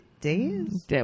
days